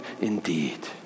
indeed